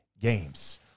games